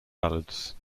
ballads